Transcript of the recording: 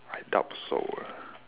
I doubt so